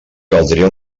caldria